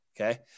okay